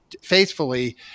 faithfully